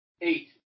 Eight